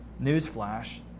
Newsflash